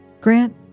Grant